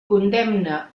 condemne